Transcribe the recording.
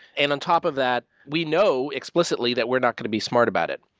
and on top of that, we know explicitly that we're not going to be smart about it.